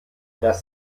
das